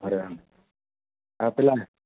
અરે હા હા પેલા